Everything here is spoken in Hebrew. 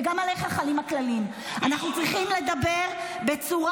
וגם עליך חלים הכללים: אנחנו צריכים לדבר בצורה